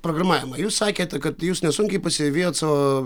programavimą jūs sakėt kad jūs nesunkiai pasivijot savo